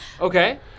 Okay